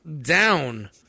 down